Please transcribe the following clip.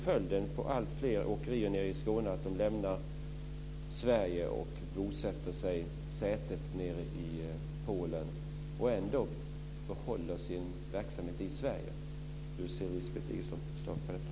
Följden för alltfler åkerier i Skåne blir ju att man lämnar Sverige och har sitt säte i Polen trots att man behåller sin verksamhet i Sverige. Hur ser Lisbeth Staaf-Igelström på detta?